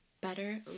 better